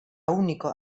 único